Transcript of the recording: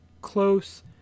close